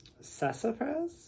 Sassafras